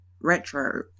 retro